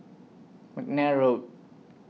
Mcnair Road